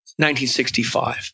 1965